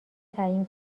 تعیین